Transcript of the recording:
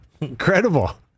incredible